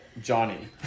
Johnny